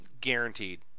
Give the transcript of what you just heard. guaranteed